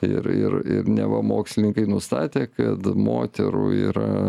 ir ir ir neva mokslininkai nustatė kad moterų yra